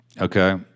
okay